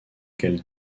qu’elles